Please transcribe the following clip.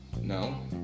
No